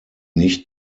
nicht